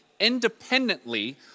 independently